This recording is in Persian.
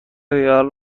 ریال